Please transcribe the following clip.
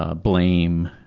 ah blame.